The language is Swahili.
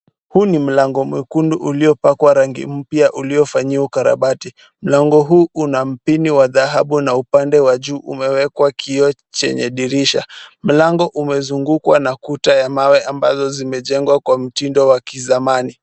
Huu ni mlango mwekundu uliopakwa rangi mpya uliofanyiwa ukarabati. Mlango huu una mpini wa dhahabu na upande wa juu umewekwa kioo chenye dirisha. Mlango umezungukwa na kuta ya mawe ambazo zimejengwa kwa mtindo wa kizamani.